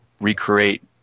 recreate